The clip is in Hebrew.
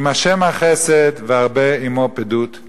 כי עם ה' החסד והרבה עמו פדות,